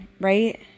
right